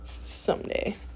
someday